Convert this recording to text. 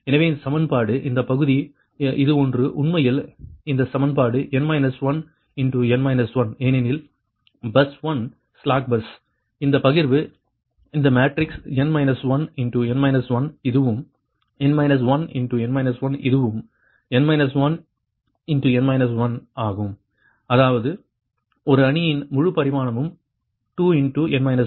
எனவே இந்த சமன்பாடு இந்த பகுதி இது ஒன்று உண்மையில் இந்த சமன்பாடு n 1 ஏனெனில் பஸ் 1 ஸ்லாக் பஸ் இந்த பகிர்வு இந்த மேட்ரிக்ஸ் n 1 இதுவும் n 1 இதுவும் n 1 ஆகும் அதாவது ஒரு அணியின் முழு பரிமாணமும் 2n 12 ஆகும்